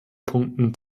punkten